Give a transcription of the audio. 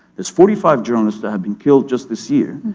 there's forty five journalists that have been killed just this year,